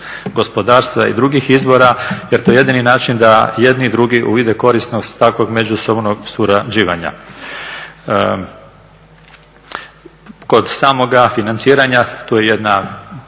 gospodarstva i drugih izvora jer to je jedini način da jedni i drugi uvide korisnost takvog međusobnog surađivanja. Kod samoga financiranja, tu je jedna